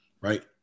right